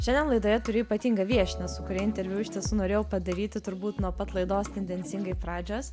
šiandien laidoje turiu ypatingą viešnią su kuria interviu iš tiesų norėjau padaryti turbūt nuo pat laidos tendencingai pradžios